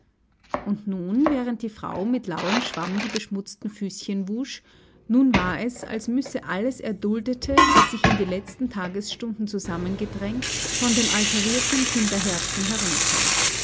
und nun während die frau mit lauem schwamm die beschmutzten füßchen wusch nun war es als müsse alles erduldete das sich in die letzten tagesstunden zusammengedrängt von dem alterierten kinderherzen herunter